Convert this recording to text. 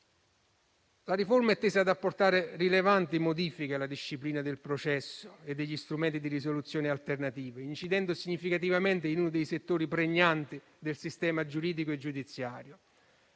La riforma è tesa ad apportare rilevanti modifiche alla disciplina del processo e degli strumenti di risoluzione alternativa, incidendo significativamente in uno dei settori pregnanti del sistema giuridico e giudiziario.